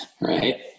Right